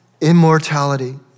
immortality